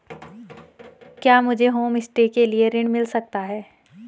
क्या मुझे होमस्टे के लिए ऋण मिल सकता है?